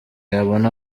yabona